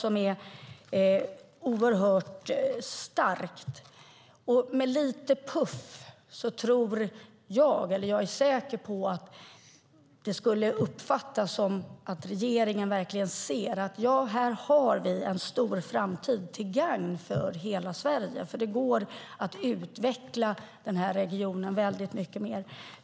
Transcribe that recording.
Om regeringen gav en liten puff är jag säker på att det skulle uppfattas som att regeringen verkligen ser att det här finns en framtid till gagn för hela Sverige. Det går nämligen att utveckla denna region mycket mer.